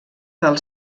del